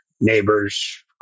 neighbors